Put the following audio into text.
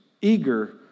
Eager